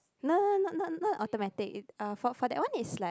no no not not not automatic for for that one is like